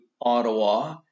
Ottawa